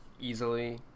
easily